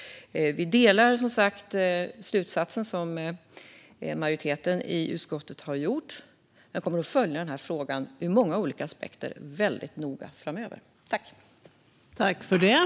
Vi delar som sagt den slutsats som majoriteten i utskottet har dragit. Jag kommer att följa denna fråga väldigt noga framöver, ur många olika aspekter.